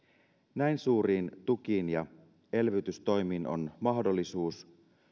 näin suuriin tukiin ja elvytystoimiin on mahdollisuus